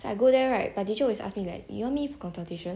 so I go there right but teacher always ask me like you want me for consultation